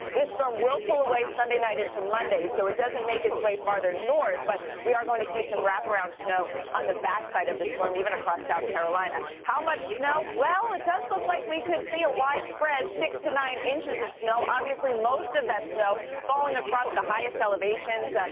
this storm will pull away sunday night into monday. so it doesn't make its way further north, but we're going to see some wrap around snow on the backside of the storm, even across south carolina. how much snow? well, it does look like we could see a widespread six to nine inches of snow, obviously most of that snow falling across the highest elevations,